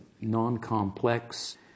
non-complex